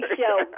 show